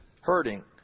hurting